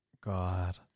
God